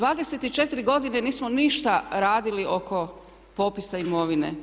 24 godine nismo ništa radili oko popisa imovine.